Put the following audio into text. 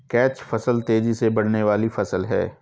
catch फसल तेजी से बढ़ने वाली फसल है